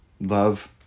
love